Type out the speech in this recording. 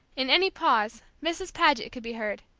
in any pause, mrs. paget could be heard,